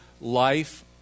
life